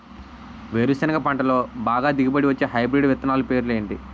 వేరుసెనగ పంటలో బాగా దిగుబడి వచ్చే హైబ్రిడ్ విత్తనాలు పేర్లు ఏంటి?